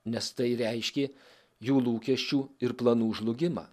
nes tai reiškė jų lūkesčių ir planų žlugimą